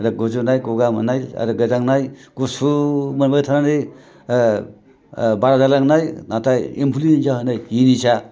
आरो गुजुनाय गगा मोननाय आरो गोजांनाय गुसु मोनबाय थानानै बारा जालांनाय नाथाय इनफ्लुएन्जा जानाय जिनिसा